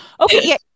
okay